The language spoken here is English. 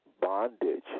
bondage